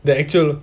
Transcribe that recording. the actual